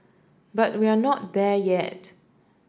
but we're not there yet